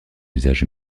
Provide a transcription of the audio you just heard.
usage